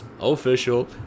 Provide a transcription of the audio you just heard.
official